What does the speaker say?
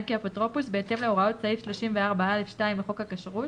כאפוטרופוס בהתאם להוראות סעיף 34(א)(2) לחוק הכשרות